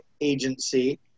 agency